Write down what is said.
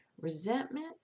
Resentment